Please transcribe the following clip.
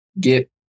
get